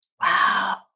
Wow